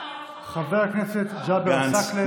חבר הכנסת ג'אבר עסאקלה.